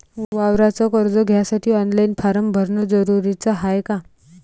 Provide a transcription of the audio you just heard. वावराच कर्ज घ्यासाठी ऑनलाईन फारम भरन जरुरीच हाय का?